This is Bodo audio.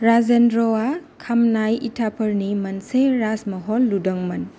राजेन्द्रआ खामनाय इटाफोरनि मोनसे राजमहल लुदोंमोन